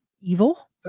evil